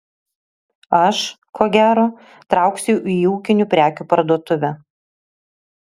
aš ko gero trauksiu į ūkinių prekių parduotuvę